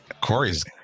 Corey's